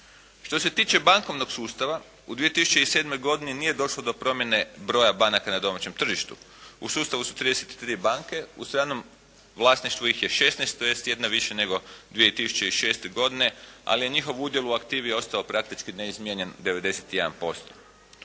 Što se tiče bankovnog sustava u 2007. godini nije došlo do promjene broja banaka na domaćem tržištu. U sustavu su trideset i tri banke, u stranom vlasništvu ih je šesnaest, tj. jedna više nego 2006. godine ali je njihov udjel u aktivi ostao praktički neizmijenjen 91%.